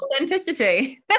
authenticity